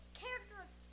characters